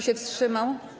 się wstrzymał?